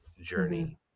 journey